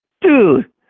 dude